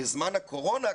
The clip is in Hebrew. בזמן הקורונה,